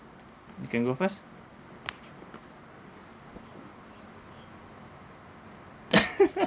you can go first